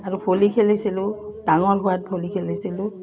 আৰু ভলী খেলিছিলোঁ ডাঙৰ হোৱাত ভলী খেলিছিলোঁ